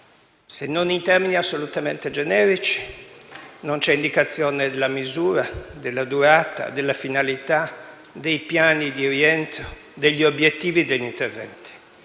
se non in termini assolutamente generici: non c'è indicazione della misura, della durata, della finalità, dei piani di rientro, degli obiettivi e degli interventi.